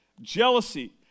jealousy